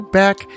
back